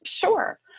Sure